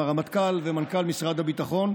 עם הרמטכ"ל ומנכ"ל משרד הביטחון,